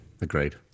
agreed